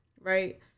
right